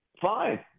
Fine